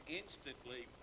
instantly